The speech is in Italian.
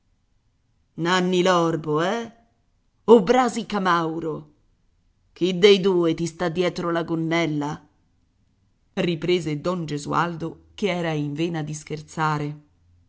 bocconi nanni l'orbo eh o brasi camauro chi dei due ti sta dietro la gonnella riprese don gesualdo che era in vena di scherzare